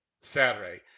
Saturday